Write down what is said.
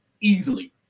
easily